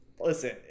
listen